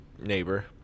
neighbor